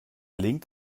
link